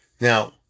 Now